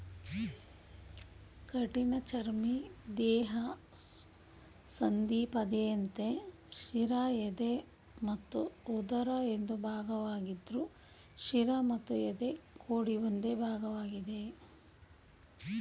ಕಠಿಣಚರ್ಮಿ ದೇಹ ಸಂಧಿಪದಿಯಂತೆ ಶಿರ ಎದೆ ಮತ್ತು ಉದರ ಎಂದು ಭಾಗವಾಗಿದ್ರು ಶಿರ ಮತ್ತು ಎದೆ ಕೂಡಿ ಒಂದೇ ಭಾಗವಾಗಿದೆ